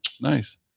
Nice